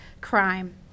crime